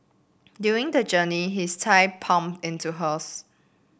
during the journey his thigh bumped into hers